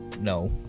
No